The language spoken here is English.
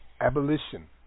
Abolition